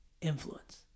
influence